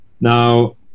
Now